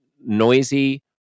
noisy